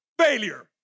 failure